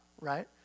right